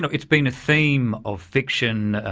it's been a theme of fiction,